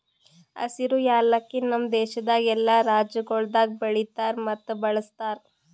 ಹಸಿರು ಯಾಲಕ್ಕಿ ನಮ್ ದೇಶದಾಗ್ ಎಲ್ಲಾ ರಾಜ್ಯಗೊಳ್ದಾಗ್ ಬೆಳಿತಾರ್ ಮತ್ತ ಬಳ್ಸತಾರ್